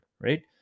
Right